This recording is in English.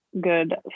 good